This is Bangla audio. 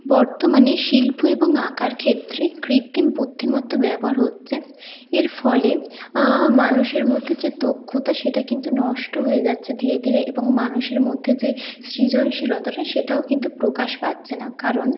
বর্তমানে শিল্প এবং আঁকার ক্ষেত্রে কৃত্রিম বুদ্ধিমত্তার ব্যবহার হচ্ছে এর ফলে মানুষের মধ্যে যে দক্ষতা সেটা কিন্তু নষ্ট হয়ে যাচ্ছে ধীরে ধীরে এবং মানুষের মধ্যে যে সৃজনশীলতাটা সেটাও কিন্তু প্রকাশ পাচ্ছে না কারণ